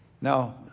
now